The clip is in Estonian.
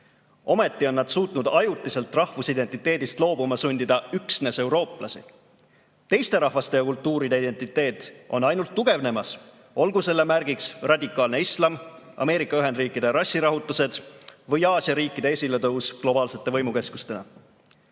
Ometi on nad suutnud ajutiselt rahvusidentiteedist loobuma sundida üksnes eurooplasi. Teiste rahvaste ja kultuuride identiteet on ainult tugevnemas, olgu selle märgiks radikaalne islam, Ameerika Ühendriikide rassirahutused või Aasia riikide esiletõus globaalsete võimukeskustena. Kalduvus